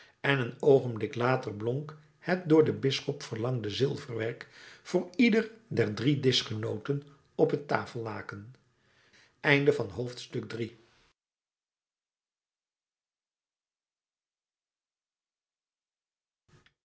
en een oogenblik later blonk het door den bisschop verlangde zilverwerk voor ieder der drie dischgenooten op het tafellaken